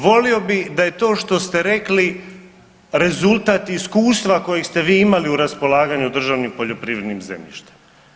Volio bih da je to što ste rekli rezultat iskustva kojeg ste vi imali u raspolaganju državnim poljoprivrednim zemljištem.